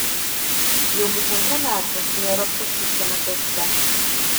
jau pusantrų metų nėra pučų šiame krašte